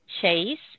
Chase